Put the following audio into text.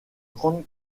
grande